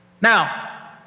Now